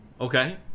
Okay